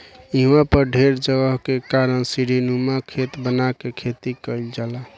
इहवा पर ढेर जगह के कारण सीढ़ीनुमा खेत बना के खेती कईल जाला